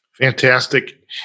Fantastic